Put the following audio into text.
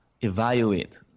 evaluate